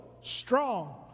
strong